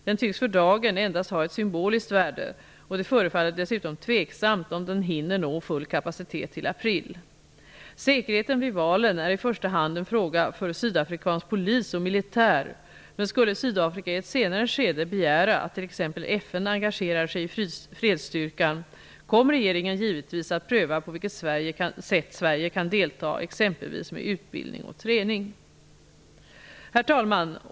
Den tycks för dagen endast ha ett symboliskt värde, och det förefaller dessutom tveksamt om den hinner nå full kapacitet till april. Säkerheten vid valen är i första hand en fråga för sydafrikansk polis och militär, men skulle Sydafrika i ett senare skede begära att t.ex. FN engagerar sig i fredsstyrkan, kommer regeringen givetvis att pröva på vilket sätt Sverige kan delta, exempelvis med utbildning och träning. Herr talman!